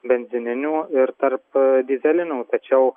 benzininių ir tarp dyzelinių tačiau